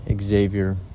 xavier